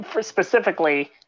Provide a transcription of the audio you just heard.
Specifically